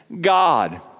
God